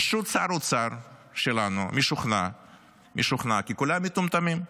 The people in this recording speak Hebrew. פשוט שר האוצר שלנו משוכנע כי כולם מטומטמים.